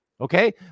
Okay